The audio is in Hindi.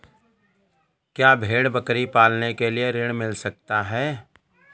क्या भेड़ बकरी पालने के लिए ऋण मिल सकता है?